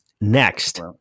Next